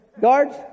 guards